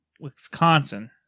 Wisconsin